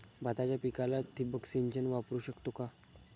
भाताच्या पिकाला ठिबक सिंचन वापरू शकतो का?